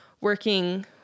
working